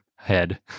head